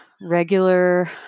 regular